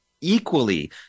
equally